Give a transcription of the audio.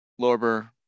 lorber